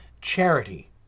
charity